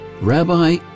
Rabbi